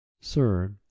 Sir